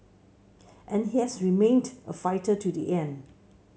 and he has remained a fighter to the end